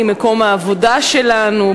מקום העבודה שלנו,